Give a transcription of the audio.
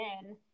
again